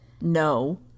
No